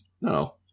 No